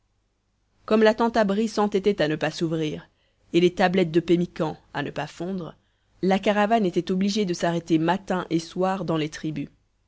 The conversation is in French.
comme la tente abri s'entêtait à ne pas s'ouvrir et les tablettes de pemmican à ne pas fondre la caravane était obligée de s'arrêter matin et soir dans les tribus